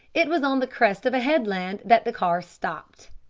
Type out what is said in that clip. it was on the crest of a headland that the car stopped.